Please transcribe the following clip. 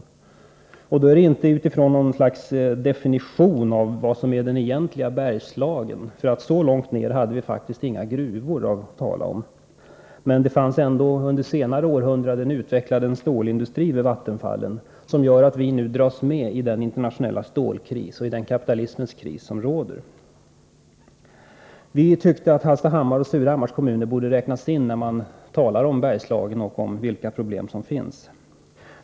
Det kravet ställs inte utifrån något slags definition av vad som är det egentliga Bergslagen. Så långt ner hade vi faktiskt inga gruvor att tala om. Men under senare århundraden utvecklades det ändå en storindustri vid vattenfallen som gör att vi nu dras med i den internationella storkris och i den kapitalismens kris som råder. Vi tycker att Hallstahammars och Surahammars kommuner borde räknas in när man talar om Bergslagen och om vilka problem som finns där.